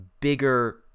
bigger